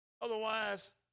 Otherwise